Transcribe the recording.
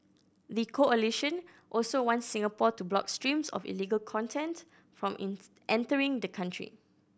the coalition also wants Singapore to block streams of illegal content from entering the country